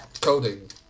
Coding